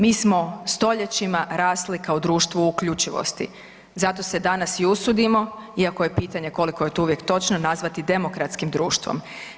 Mi smo stoljećima rasli kao društvo uključivosti, zato se danas i usudimo, iako je pitanje koliko je to uvijek točno, nazvati demokratskim društvom.